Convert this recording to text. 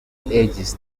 ages